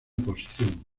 posición